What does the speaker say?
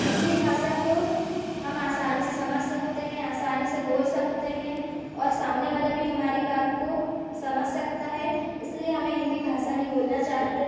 हिन्दी भाषा को हम आसानी से समझ सकते हैं आसानी से बोल सकते हैं और सामने वाला भी हमारी बात को समझ सकता है इसलिए हमें हिन्दी भाषा ही बोलना चाहिए